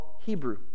hebrew